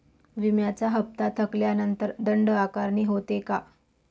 विम्याचा हफ्ता थकल्यानंतर दंड आकारणी होते का?